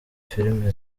filime